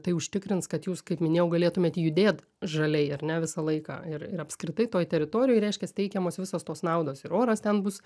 tai užtikrins kad jūs kaip minėjau galėtumėt judėt žaliai ar ne visą laiką ir ir apskritai toj teritorijoj reiškias teikiamos visos tos naudos ir oras ten bus